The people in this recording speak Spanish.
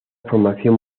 formación